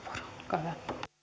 puhemies